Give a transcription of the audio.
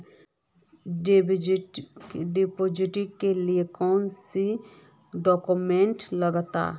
Deposit के लिए कौन कौन से डॉक्यूमेंट लगते?